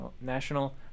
national